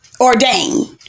ordained